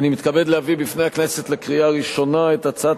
אני מתכבד להביא בפני הכנסת לקריאה ראשונה את הצעת